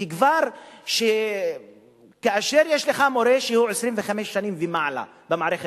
כי כאשר יש לך מורה שהוא 25 שנים ומעלה במערכת